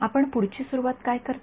आपण पुढची सुरुवात काय करता